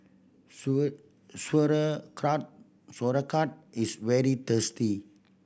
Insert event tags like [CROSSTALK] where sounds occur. [UNINTELLIGIBLE] sauerkraut is very tasty